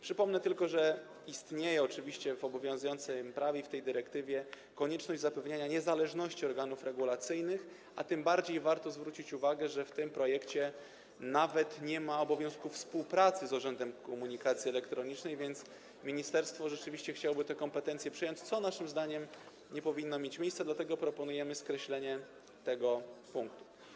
Przypomnę tylko, że istnieje oczywiście w obowiązującym prawie i w tej dyrektywie konieczność zapewniania niezależności organów regulacyjnych, a tym bardziej warto zwrócić uwagę, że w tym projekcie nawet nie ma obowiązku współpracy z Urzędem Komunikacji Elektronicznej, więc ministerstwo rzeczywiście chciałoby te kompetencje przejąć, co naszym zdaniem nie powinno mieć miejsca, dlatego proponujemy skreślenie tego punktu.